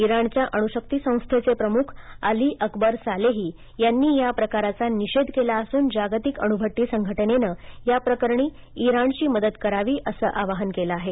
इराणच्या अणुशक्ती संस्थेचे प्रमुख आली अकबर सालेही यांनी या प्रकाराचा निषेध केला असून जागतिक अणुशक्ती संघटनेनं या प्रकरणी इराणची मदत करावी असं आवाहन केलं आहे